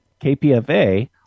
KPFA